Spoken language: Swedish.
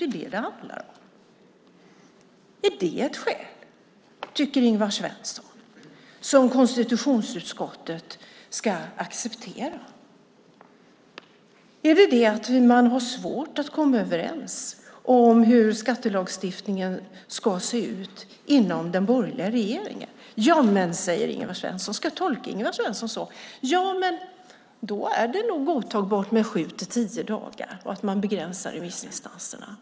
Det är det som det handlar om. Tycker Ingvar Svensson att det är ett skäl som konstitutionsutskottet ska acceptera att man har svårt att komma överens om hur skattelagstiftningen ska se ut inom den borgerliga regeringen? Ska jag tolka Ingvar Svensson så? Ja, men då är det nog godtagbart med sju till dagar och att man begränsar remissinstanserna.